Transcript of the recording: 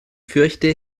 fürchte